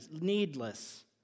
needless